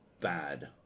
bad